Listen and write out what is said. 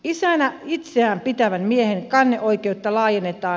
isänä itseään pitävän miehen kanneoikeutta laajennetaan